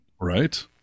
Right